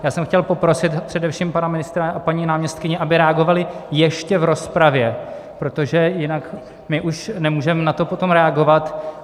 Já jsem chtěl poprosit především pana ministra a paní náměstkyni, aby reagovali ještě v rozpravě, protože jinak my už nemůžeme na to potom reagovat.